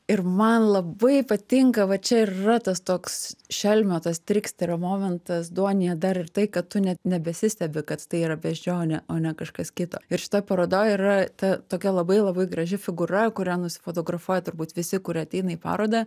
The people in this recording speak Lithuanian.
ir man labai patinka va čia ir yra tas toks šelmio tas triksterio momentas duonyje dar ir tai kad tu net nebesistebi kad tai yra beždžionė o ne kažkas kito ir šitoj parodoj yra ta tokia labai labai graži figūra kurią nusifotografuot turbūt visi kurie ateina į parodą